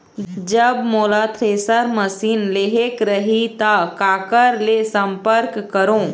जब मोला thresher machine लेहेक रही ता काकर ले संपर्क करों?